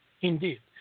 Indeed